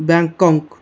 Bangkok